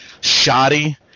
shoddy